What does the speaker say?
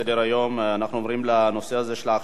אנחנו עוברים לנושא: הכשרת המאחזים,